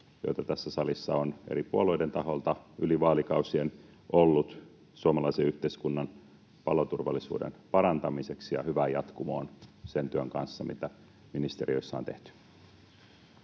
joita tässä salissa on eri puolueiden taholta yli vaalikausien ollut suomalaisen yhteiskunnan paloturvallisuuden parantamiseksi, ja on hyvää jatkumoa sen työn kanssa, mitä ministeriöissä on tehty.